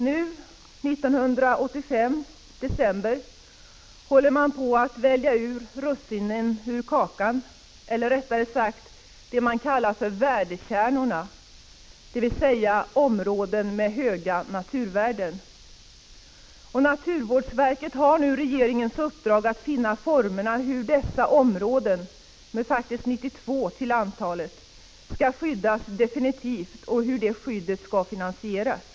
Nu, i december 1985, håller man på att plocka ut russinen ur kakan, nämligen de s.k. värdekärnorna, som består av områden med höga naturvärden. Naturvårdsverket har fått regeringens uppdrag att finna formerna för hur dessa områden, som faktiskt är 92 till antalet, definitivt skall Prot. 1985/86:48 skyddas och hur det skyddet skall finansieras.